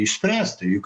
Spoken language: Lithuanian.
išspręsti juk